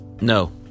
No